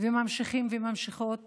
וממשיכים וממשיכות